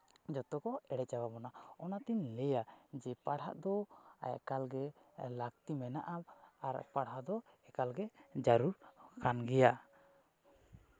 ᱡᱚᱛᱚ ᱠᱚ ᱮᱲᱮ ᱪᱟᱵᱟ ᱵᱚᱱᱟ ᱚᱱᱟᱛᱤᱧ ᱞᱟᱹᱭᱟ ᱡᱮ ᱯᱟᱲᱦᱟᱜ ᱫᱚ ᱮᱠᱟᱞ ᱜᱮ ᱞᱟᱹᱠᱛᱤ ᱢᱮᱱᱟᱜᱼᱟ ᱟᱨ ᱯᱟᱲᱦᱟᱣ ᱫᱚ ᱮᱠᱟᱞᱜᱮ ᱡᱟᱹᱨᱩᱲ ᱠᱟᱱ ᱜᱮᱭᱟ